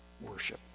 worship